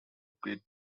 quit